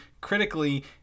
critically